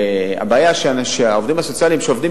והבעיה היא שהעובדים הסוציאליים שעובדים